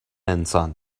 انسان